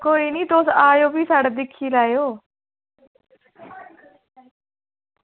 कोई निं तुस आयो फ्ही साढ़ै दिक्खी लैयो